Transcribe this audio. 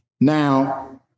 Now